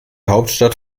hauptstadt